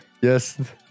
Yes